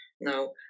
now